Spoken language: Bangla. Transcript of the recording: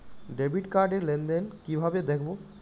ডেবিট কার্ড র লেনদেন কিভাবে দেখবো?